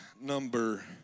number